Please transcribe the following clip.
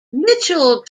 mitchell